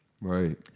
Right